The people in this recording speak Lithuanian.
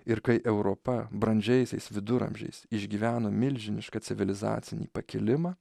ir kai europa brandžiaisiais viduramžiais išgyveno milžinišką civilizacinį pakilimą